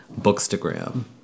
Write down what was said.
bookstagram